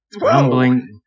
Rumbling